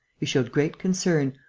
he showed great concern,